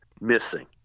missing